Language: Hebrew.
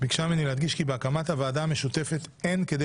ביקשה ממני להדגיש כי בהקמת הוועדה המשותפת אין כדי